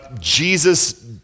Jesus